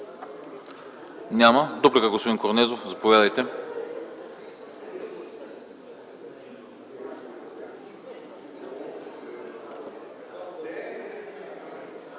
Няма. Дуплика, господин Корнезов. Заповядайте.